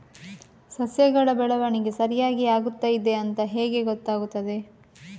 ಸಸ್ಯಗಳ ಬೆಳವಣಿಗೆ ಸರಿಯಾಗಿ ಆಗುತ್ತಾ ಇದೆ ಅಂತ ಹೇಗೆ ಗೊತ್ತಾಗುತ್ತದೆ?